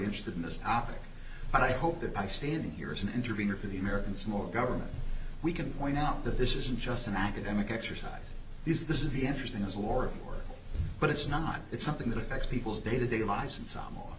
interested in this topic but i hope that by standing here as an interviewer for the american small government we can point out that this isn't just an academic exercise these this is the interesting as a war but it's not it's something that affects people's day to day lives in s